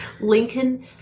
Lincoln